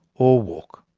or walk.